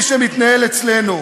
כפי שמתנהל אצלנו.